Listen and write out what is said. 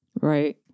Right